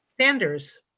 Sanders